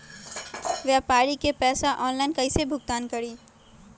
व्यापारी के पैसा ऑनलाइन कईसे भुगतान करी?